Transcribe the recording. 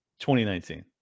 2019